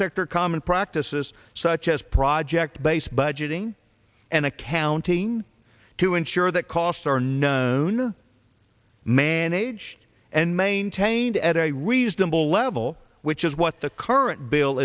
sector common practices such as project based budgeting and accounting to ensure that costs are known managed and maintained at a reasonable level which is what the current bill